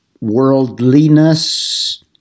worldliness